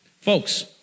folks